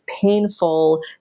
painful